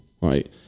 right